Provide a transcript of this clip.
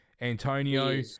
Antonio